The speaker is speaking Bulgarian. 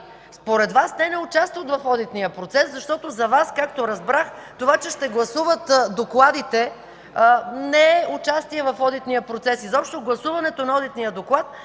Според Вас, те не участват в одитния процес, защото за Вас, както разбрах, това, че ще гласуват докладите, не е участие в одитния процес. Изобщо гласуването на одитния доклад